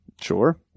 Sure